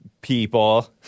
people